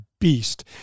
beast